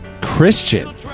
Christian